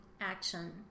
action